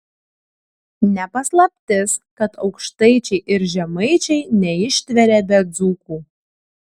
ne paslaptis kad aukštaičiai ir žemaičiai neištveria be dzūkų